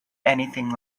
anything